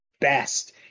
best